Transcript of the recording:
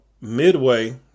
midway